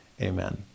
Amen